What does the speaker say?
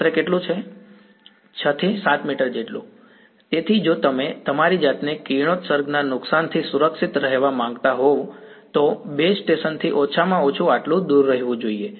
6 7 metre જેટલું તેથી જો તમે તમારી જાતને કિરણોત્સર્ગના નુકસાનથી સુરક્ષિત રહેવા માંગતા હોવ તો બેઝ સ્ટેશનથી ઓછામાં ઓછું આટલું દૂર રહેવું જોઈએ